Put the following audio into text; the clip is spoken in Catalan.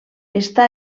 està